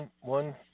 One